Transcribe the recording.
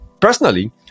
Personally